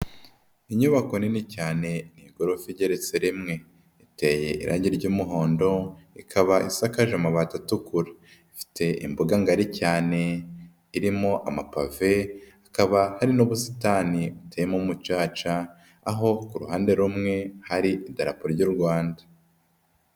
Inyubako nini cyane, ni igorofa igeretse rimwe, iteye irangi ry'umuhondo, ikaba isakaje amabati atukura, ifite imbuga ngari cyane, irimo amapave, hakaba hari n'ubusitani buteyemo umucaca, aho ku ruhande rumwe hari darapo ry'u Rwanda.